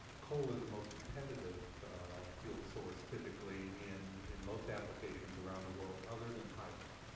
coal is the most competitive fuel source typically in in most applications around the world other than hydro.